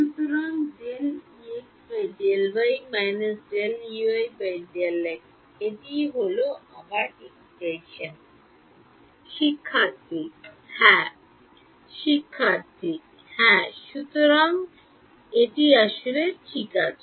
সুতরাং ∂Ex ∂y ∂Ey ∂x এটি হল আমরা চাই expression হ্যাঁ হ্যাঁ সুতরাং এটি আসলে ঠিক আছে